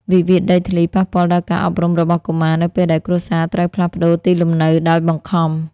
វិវាទដីធ្លីប៉ះពាល់ដល់ការអប់រំរបស់កុមារ នៅពេលដែលគ្រួសារត្រូវផ្លាស់ប្តូរទីលំនៅដោយបង្ខំ។